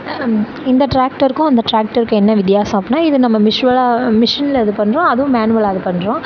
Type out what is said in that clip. இந்த டிராக்டருக்கும் அந்த டிராக்டருக்கும் என்ன வித்யாசம் அப்புடின்னா இது நம்ம மிஷுவலாக மிஷினில் இது பண்ணுறோம் அதுவும் மேனுவலாக இது பண்ணுறோம்